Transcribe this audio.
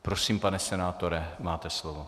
Prosím, pane senátore, máte slovo.